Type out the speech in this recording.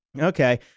Okay